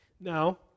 Now